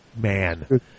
Man